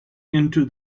into